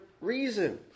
reason